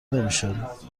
نمیشود